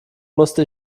musste